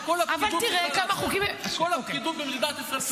כל הפקידות במדינת ישראל צריכה לעצור?